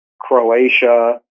Croatia